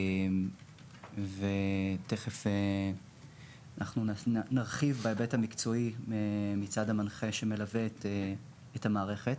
תיכף אנחנו נרחיב בהיבט המקצועי מצד המנחה שמלווה את המערכת.